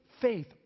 faith